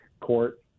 court